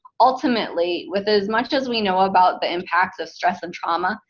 ultimately, with as much as we know about the impacts of stress and trauma,